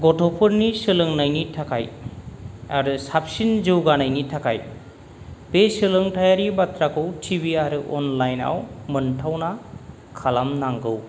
गथ'फोरनि सोलोंनायनि थाखाय आरो साबसिन जौगानायनि थाखाय बे सोलोंथाइयारि बाथ्राखौ टि भि आरो अनलाइन आव मोनथावना खालामनांगौ